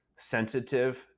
sensitive